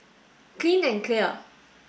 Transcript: clean and clear